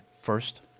first